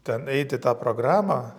ten eiti tą programą